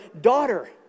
Daughter